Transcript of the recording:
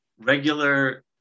Regular